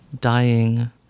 dying